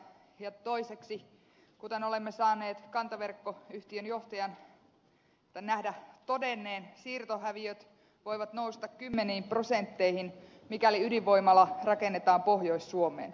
ja toiseksi kuten olemme saaneet nähdä kantaverkkoyhtiön johtajan todenneen siirtohäviöt voivat nousta kymmeniin prosentteihin mikäli ydinvoimala rakennetaan pohjois suomeen